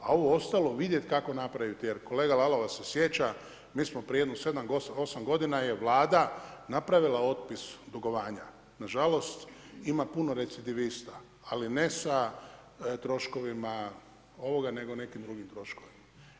A ovo ostalo vidjeti kako napraviti jer kolega Lalovac se sjeća mi smo prije sedam, osam godina je Vlada napravila otpis dugovanja, nažalost ima puno recidivista, ali ne sa troškovima ovoga nego nekim drugim troškovima.